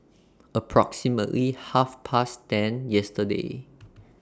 approximately Half Past ten yesterday